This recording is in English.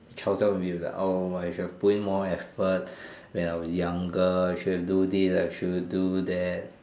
child self will be like oh I should have put in more effort when I was younger I should have do this I should have do that